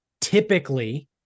typically